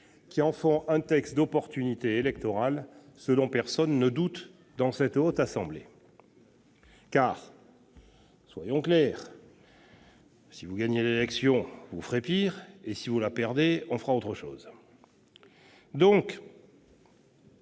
égards à un texte d'opportunité électorale, ce dont personne ne doute dans cette assemblée. Soyons clairs : si vous gagnez l'élection, vous ferez pire ! Et si vous la perdez, nous ferons autre chose ...